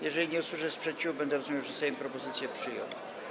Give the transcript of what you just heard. Jeżeli nie usłyszę sprzeciwu, będę rozumiał, że Sejm propozycję przyjął.